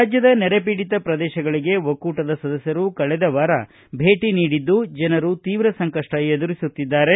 ರಾಜ್ವದ ನೆರೆ ಪೀಡಿತ ಪ್ರದೇಶಗಳಿಗೆ ಒಕ್ಕೂಟದ ಸದಸ್ವರು ಕಳೆದ ವಾರ ಭೇಟ ನೀಡಿದ್ದು ಜನರು ತೀವ್ರ ಸಂಕಷ್ಟ ಎದುರಿಸುತ್ತಿದ್ದಾರೆ